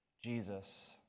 Jesus